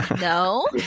no